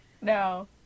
no